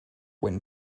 when